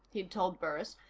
he'd told burris.